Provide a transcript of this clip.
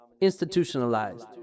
Institutionalized